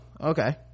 okay